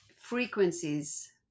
frequencies